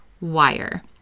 wire